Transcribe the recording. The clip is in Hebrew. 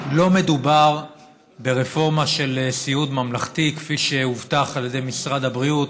לא מדובר ברפורמה של סיעוד ממלכתי כפי שהובטח על ידי משרד הבריאות,